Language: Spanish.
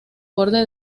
borde